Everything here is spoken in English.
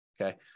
okay